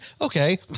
okay